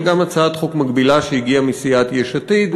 אבל יש גם הצעת חוק מקבילה שהגיעה מסיעת יש עתיד,